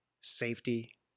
Safety